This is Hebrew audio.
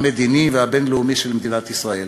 המדיני והבין-לאומי של מדינת ישראל.